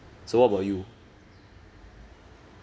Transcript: so what about you